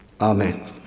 Amen